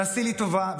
תעשי לי טובה,